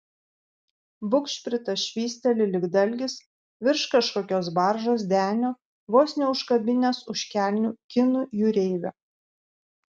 bugšpritas švysteli lyg dalgis virš kažkokios baržos denio vos neužkabinęs už kelnių kinų jūreivio